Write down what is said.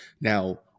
Now